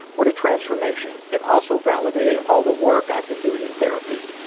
what a transformation. it also validated all the work i've been doing in therapy.